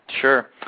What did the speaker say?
Sure